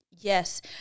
Yes